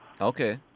Okay